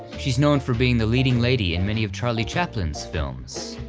she's known for being the leading lady in many of charlie chaplin's films,